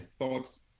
thoughts